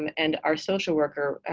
and our social worker